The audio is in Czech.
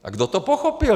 A kdo to pochopil?